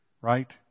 right